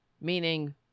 meaning